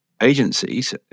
agencies